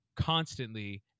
Constantly